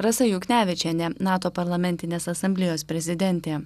rasa juknevičienė nato parlamentinės asamblėjos prezidentė